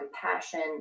compassion